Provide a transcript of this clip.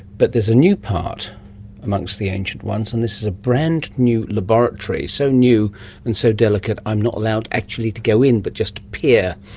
but there's a new part amongst the ancient ones, and this is a brand-new laboratory, so new and so delicate i'm not allowed actually to go in but just peer.